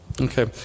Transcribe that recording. Okay